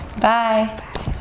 bye